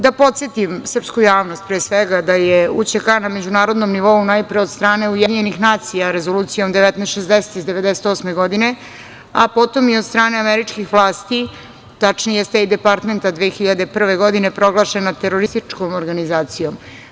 Da podsetim srpsku javnost pre svega da je UČK na međunarodnom nivou najpre od strane UN Rezolucijom 19-60 iz 1998. godine, a potom i od strane američkih vlasti, tačnije Stejt departmenta 2001. godine proglašena terorističkom organizacijom.